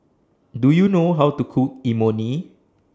Do YOU know How to Cook Imoni